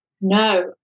No